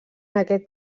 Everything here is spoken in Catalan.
aquest